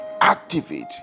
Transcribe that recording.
activate